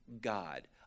God